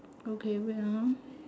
okay wait ah